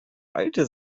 alte